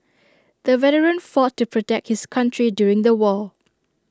the veteran fought to protect his country during the war